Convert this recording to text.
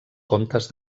comtes